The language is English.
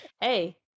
Hey